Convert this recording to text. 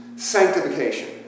Sanctification